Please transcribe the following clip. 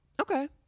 okay